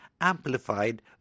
amplified